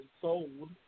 sold